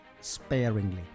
sparingly